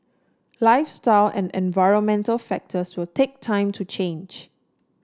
lifestyle and environmental factors will take time to change